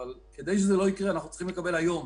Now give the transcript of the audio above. אבל כדי שזה לא יקרה אנחנו צריכים לקבל היום